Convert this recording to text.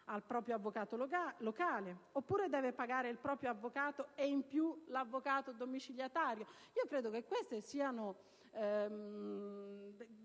al proprio avvocato locale, o ancora pagare il proprio avvocato e in più l'avvocato domiciliatario. Io credo che questi siano